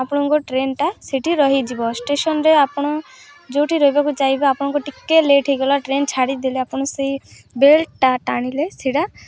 ଆପଣଙ୍କ ଟ୍ରେନ୍ଟା ସେଠି ରହିଯିବ ଷ୍ଟେସନ୍ରେ ଆପଣ ଯେଉଁଠି ରହିବାକୁ ଚାହିଁବେ ଆପଣଙ୍କୁ ଟିକେ ଲେଟ୍ ହୋଇଗଲା ଟ୍ରେନ୍ ଛାଡ଼ିଦେଲେ ଆପଣ ସେଇ ବେଲ୍ଟ୍ଟା ଟାଣିଲେ ସେଇଟା